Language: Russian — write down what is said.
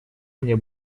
мне